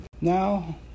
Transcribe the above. Now